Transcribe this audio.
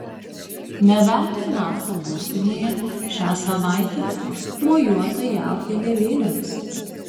ne veltui nasa būstinėje šią savaitę mojuota jav vėliavėlėmis